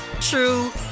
true